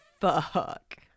fuck